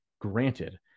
granted